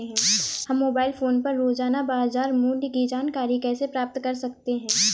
हम mobile phone पर रोजाना बाजार मूल्य की जानकारी कैसे प्राप्त कर सकते हैं?